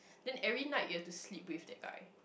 then every night you have to sleep with that guy